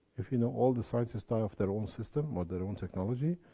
if you know, all the scientists die of their own systems, or their own technology.